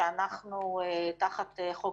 שתחת חוק